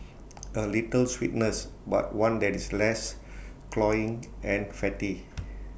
A little sweetness but one that is less cloying and fatty